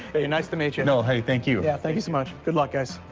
hey, nice to meet you. no, hey, thank you. yeah, thank you so much. good luck, guys.